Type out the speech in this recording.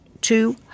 two